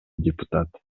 депутат